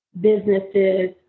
businesses